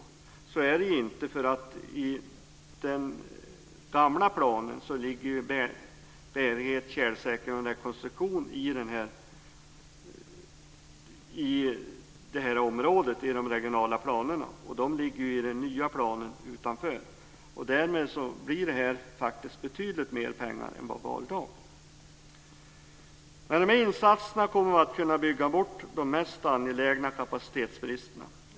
Så är det inte. I den gamla planen ligger nämligen bärighet, tjälsäkring och rekonstruktion på det här området i de regionala planerna, men i den nya planen ligger detta utanför. Därmed blir detta betydligt mer pengar än vad vi har i dag. Med de här insatserna kommer vi att kunna bygga bort de mest angelägna kapacitetsbristerna.